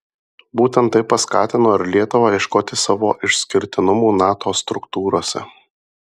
būtent tai paskatino ir lietuvą ieškoti savo išskirtinumų nato struktūrose